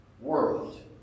world